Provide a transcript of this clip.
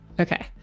Okay